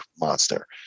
monster